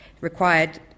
required